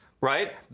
Right